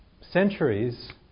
centuries